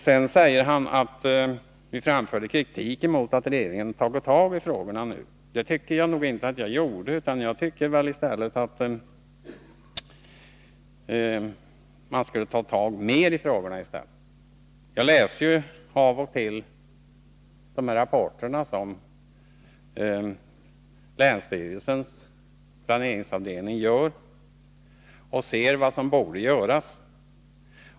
Sedan säger industriministern att vi framfört kritik mot att regeringen tagit tag i frågorna. Det tycker jag inte att jag för min del har gjort. Jag tycker i stället att regeringen borde ta tag i frågorna mera än vad som hittills varit fallet. Av och till läser jag rapporterna från länsstyrelsens planeringsavdelning och ser vad som borde göras.